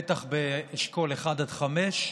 בטח באשכולות 1 עד 5,